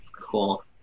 Cool